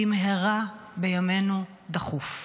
במהרה בימינו דחוף.